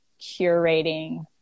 curating